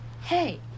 Hey